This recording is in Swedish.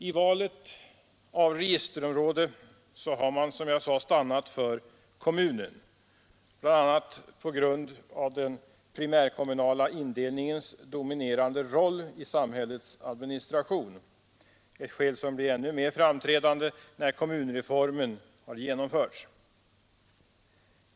I valet av registerområde har man, som jag sade, stannat för kommunen bl.a. på grund av den primärkommunala indelningens dominerande roll i samhällets administration — ett skäl som blir ännu mer framträdande när kommunreformen har genomförts.